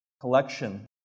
collection